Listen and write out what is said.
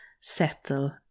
settle